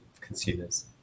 consumers